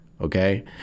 okay